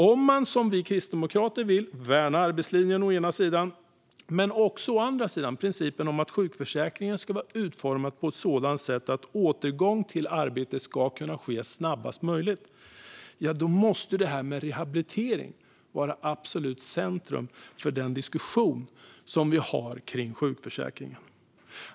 Om man, som vi kristdemokrater, vill värna å ena sidan arbetslinjen och å andra sidan principen om att sjukförsäkringen ska vara utformad på ett sådant sätt att återgång till arbete ska kunna ske så snabbt som möjligt måste rehabilitering vara ett absolut centrum för den diskussion som vi har om sjukförsäkringen.